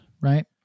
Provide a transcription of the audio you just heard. right